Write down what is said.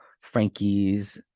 Frankie's